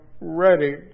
ready